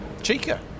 Chica